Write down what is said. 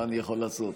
מה אני יכול לעשות.